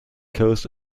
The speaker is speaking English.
coast